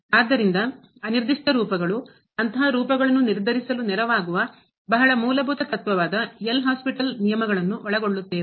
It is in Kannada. ಆದ್ದರಿಂದ ಅನಿರ್ದಿಷ್ಟ ರೂಪಗಳು ಅಂತಹ ರೂಪಗಳನ್ನು ನಿರ್ಧರಿಸಲು ನೆರವಾಗುವ ಬಹಳ ಮೂಲಭೂತ ತತ್ವವಾದ ಎಲ್ ಹಾಸ್ಪಿಟಲ್ ನಿಯಮಗಳನ್ನು ಒಳಗೊಳ್ಳುತ್ತೇವೆ